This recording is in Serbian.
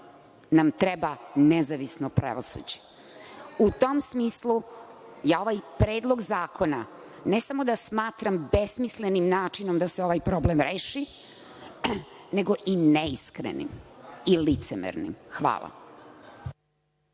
nam treba nezavisno pravosuđe.U tom smislu, ovaj Predlog zakona, ne samo da smatram besmislenim načinom da se ovaj problem reši, nego i neiskrenim i licemernim. Hvala.